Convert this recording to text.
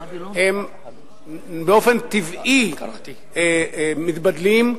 באופן טבעי מתבדלים,